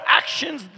actions